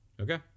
Okay